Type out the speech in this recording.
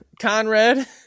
Conrad